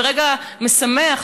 ברגע משמח,